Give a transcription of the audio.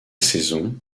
saison